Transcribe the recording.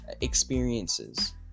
experiences